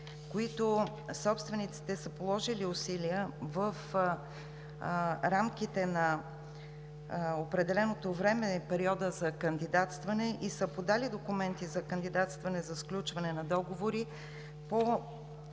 които собствениците са положили усилия в рамките на определеното време – периода за кандидатстване, и са подали документи за кандидатстване за сключване на договори по